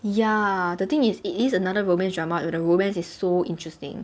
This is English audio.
ya the thing is it is another romance drama but the romance is so interesting